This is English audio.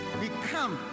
become